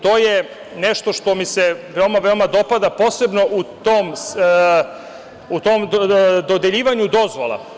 To je nešto što mi se veoma dopada posebno u tom dodeljivanju dozvola.